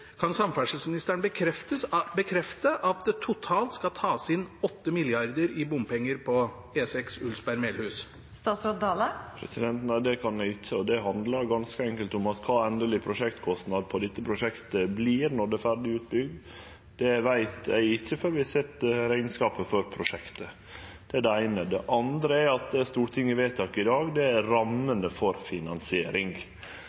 Kan samferdselsministeren bekrefte at det totalt skal tas inn 8 mrd. kr i bompenger på E6 Ulsberg–Melhus? Nei, det kan eg ikkje, og det handlar ganske enkelt om at kva dei endelege prosjektkostnadene på dette prosjektet vert når det er ferdig utbygd, veit eg ikkje før vi har sett rekneskapen for prosjektet. Det er det eine. Det andre er at det Stortinget vedtek i dag, er rammene for finansiering. Det